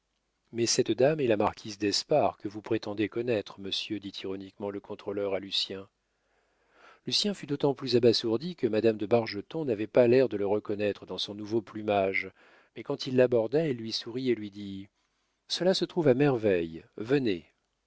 mais cette dame est la marquise d'espard que vous prétendez connaître monsieur dit ironiquement le contrôleur à lucien lucien fut d'autant plus abasourdi que madame de bargeton n'avait pas l'air de le reconnaître dans son nouveau plumage mais quand il l'aborda elle lui sourit et lui dit cela se trouve à merveille venez